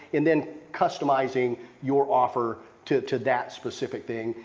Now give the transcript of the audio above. and then customizing your offer to to that specific thing.